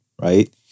Right